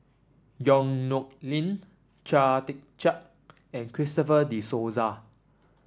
Yong Nyuk Lin Chia Tee Chiak and Christopher De Souza